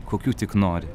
kokių tik nori